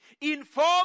Inform